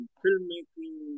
filmmaking